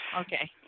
okay